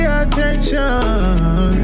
attention